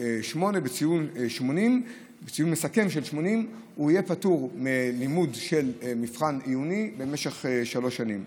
בציון מסכם של 80 יהיה פטור ממבחן עיוני במשך שלוש שנים,